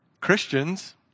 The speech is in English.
Christians